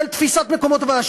של תפיסת מקומות עבודה,